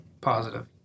Positive